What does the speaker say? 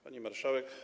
Pani Marszałek!